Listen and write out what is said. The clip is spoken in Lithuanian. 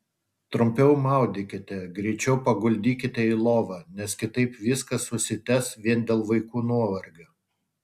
trumpiau maudykite greičiau paguldykite į lovą nes kitaip viskas užsitęs vien dėl vaikų nuovargio